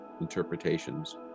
interpretations